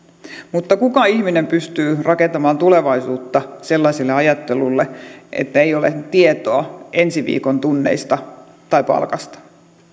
mutta kuka ihminen pystyy rakentamaan tulevaisuutta sellaiselle ajattelulle että ei ole tietoa ensi viikon tunneista tai palkasta